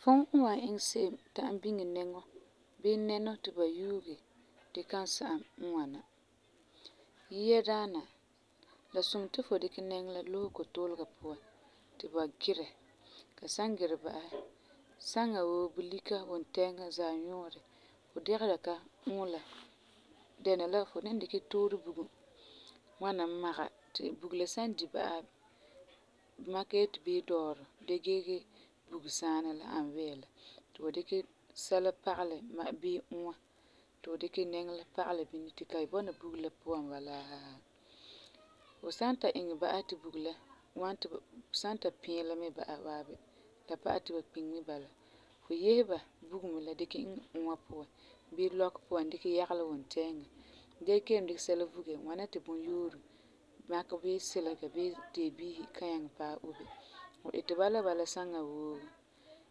Fum n wan iŋɛ se'em ta'am biŋe nɛŋɔ bii nɛnɔ ti ba yuuge gee kan sa'am n ŋwana: Yia daana, fu sum ti fu dikɛ nɛŋɔ la lusɛ kotuulega puan ti ba girɛ. Ba san girɛ ba'asɛ, saŋa woo bulika ,wuntɛɛŋa, zaanuurɛ fu digesera ka uula. Dɛna la, fu ni dikɛ tuurɛ bugum ŋwana maŋa ti la san di ba'asɛ n makɛ yeti bii dɔɔrɛ dee gee bugesaana la n ani wɛɛ la ti fu dikɛ sɛla pagelɛ bii uua, ti fu dikɛ nɛŋɔ la dɔgelɛ bini ti ka bɔna bugum la puan walaa. Fu san ta iŋɛ ti la ŋwɔna ti bugum la piilum mɛ ba'asɛ waabi, ti la pa'alɛ ti bugum la kiŋe mɛ n bala. Fu yese ba bugum me la dikɛ iŋɛ uua puan bii lɔkɔ pian dikɛ yagelɛ wuntɛɛŋan gee kelum dikɛ sɛla vuge. Ŋwana ti bunyooro makɛ yeti silega bii deebiihi kan nyaŋɛ paɛ ba. Fu iti ba la bala saŋa woo.